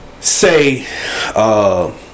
Say